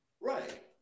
Right